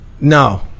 No